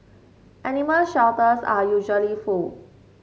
animal shelters are usually full